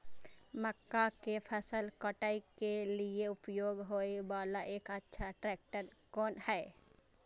मक्का के फसल काटय के लिए उपयोग होय वाला एक अच्छा ट्रैक्टर कोन हय?